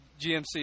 GMC